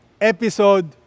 episode